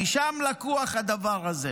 משם לקוח הדבר הזה.